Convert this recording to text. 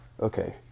Okay